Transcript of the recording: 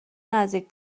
نزدیک